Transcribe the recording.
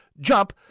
jump